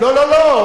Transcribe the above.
לא לא לא,